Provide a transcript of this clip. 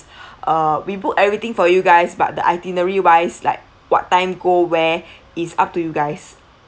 uh we book everything for you guys but the itinerary wise like what time go where it's up to you guys